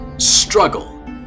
Struggle